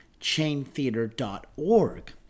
ChainTheater.org